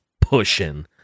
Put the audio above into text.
pushing